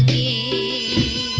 e